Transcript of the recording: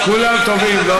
כולם טובים, כולם טובים.